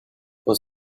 was